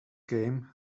game